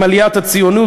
עם עליית הציונות,